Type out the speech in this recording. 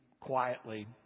quietly